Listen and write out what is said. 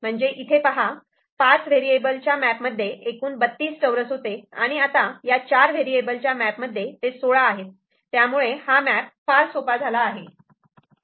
म्हणजे इथे पहा पाच व्हेरिएबल च्या मॅप मध्ये एकूण 32 चौरस होते आणि आता या चार व्हेरिएबल च्या मॅप मध्ये ते 16 आहेत त्यामुळे हा मॅप फार सोपा झाला आहे